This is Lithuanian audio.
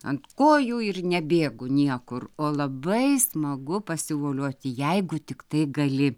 ant kojų ir nebėgu niekur o labai smagu pasivolioti jeigu tiktai gali